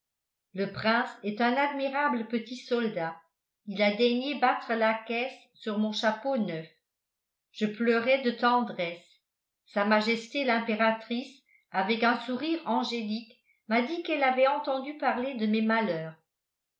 le prince est un admirable petit soldat il a daigné battre la caisse sur mon chapeau neuf je pleurais de tendresse s m l'impératrice avec un sourire angélique m'a dit qu'elle avait entendu parler de mes malheurs